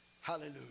Hallelujah